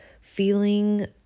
feeling